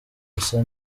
gusa